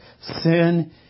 sin